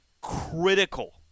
critical